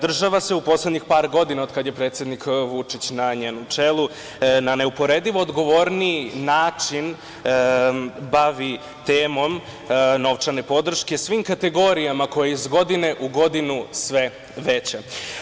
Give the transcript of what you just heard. Država se u poslednjih par godina, od kad je predsednik Vučić na njenom čelu, na neuporedivo odgovorniji način bavi temom novčane podrške svim kategorijama, koja je iz godine u godinu sve veća.